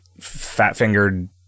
fat-fingered